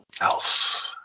Else